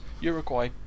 Uruguay